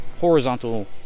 horizontal